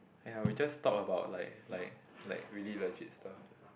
!aiya! we just talk about like like like really legit stuff